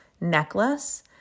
necklace